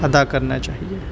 ادا کرنا چاہیے